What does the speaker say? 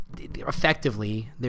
effectively